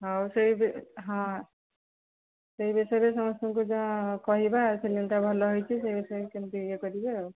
ହଉ ସେଇ ହଁ ସେଇ ବିଷୟରେ ସମସ୍ତଙ୍କୁ ଯଉ କହିବା ସେମିତି ଭଲ ହେଇଛି ସେ ବିଷୟରେ କେମିତି ଇଏ କରିବେ ଆଉ